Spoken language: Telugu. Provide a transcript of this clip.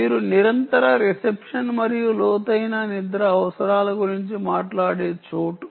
మీరు నిరంతర రిసెప్షన్ మరియు లోతైన నిద్ర అవసరాల గురించి మాట్లాడే చోటు